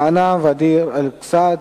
בענה ודיר-אל-אסד,